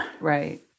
Right